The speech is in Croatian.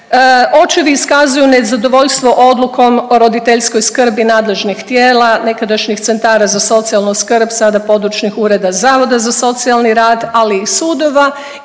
Očevi iskazuju nezadovoljstvo odlukom o roditeljskoj skrbi nadležnih tijela nekadašnjih centara za socijalnu skrbi sada područnih ureda zavoda za socijalni rad, ali i sudova